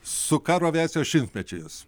su karo aviacijos šimtmečiui jus